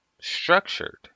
structured